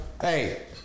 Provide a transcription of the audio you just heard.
hey